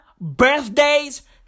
birthdays